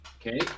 Okay